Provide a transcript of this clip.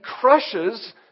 crushes